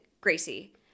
Gracie